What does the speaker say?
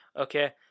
Okay